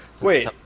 Wait